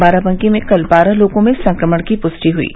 बाराबंकी में कल बारह लोगों में संक्रमण की पुष्टि हुयी